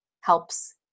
helps